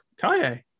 Kaye